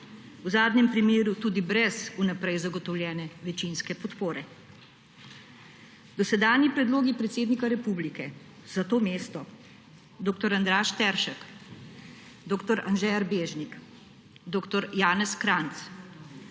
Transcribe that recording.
v zadnjem primeru tudi brez vnaprej zagotovljene večinske podpore. Dosedanji predlogi predsednika republike za to mesto − dr. Andraž Teršek, dr. Anže Erbežnik, dr. Janez Kranjc